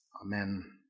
Amen